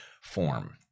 form